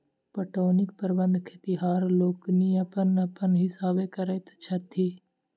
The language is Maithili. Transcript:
पटौनीक प्रबंध खेतिहर लोकनि अपन अपन हिसाबेँ करैत छथि